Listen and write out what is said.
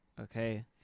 Okay